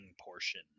portion